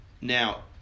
Now